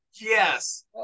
yes